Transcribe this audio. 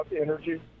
energy